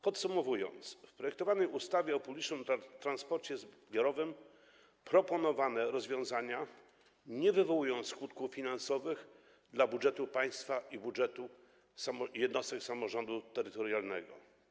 Podsumowując, w projektowanej ustawie o publicznym transporcie zbiorowym proponowane rozwiązania nie wywołują skutków finansowych dla budżetu państwa i budżetu jednostek samorządu terytorialnego.